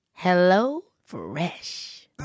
HelloFresh